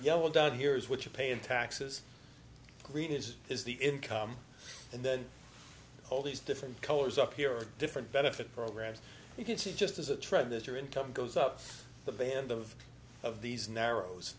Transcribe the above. graph yelled out here is what you pay in taxes read it is the income and then all these different colors up here are different benefit programs you can see just as a trend that your income goes up the band of of these narrows